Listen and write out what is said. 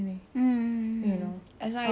it doesn't find us now so